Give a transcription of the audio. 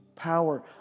power